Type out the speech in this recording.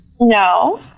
No